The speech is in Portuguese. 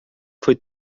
foi